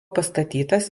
pastatytas